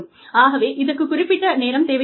ஆகவே இதற்கு குறிப்பிட்ட நேரம் தேவைப்படுகிறது